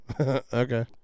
Okay